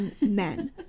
men